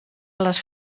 les